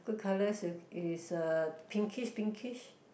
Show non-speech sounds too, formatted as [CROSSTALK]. good colors [NOISE] is a pinkish pinkish